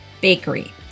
Bakery